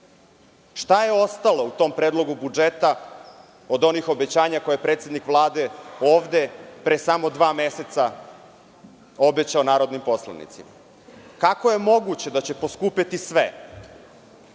je ostalo u tom predlogu budžeta od onih obećanja koje je predsednik Vlade ovde pre samo dva meseca obećao narodnim poslanicima? Kako je moguće da će poskupeti sve,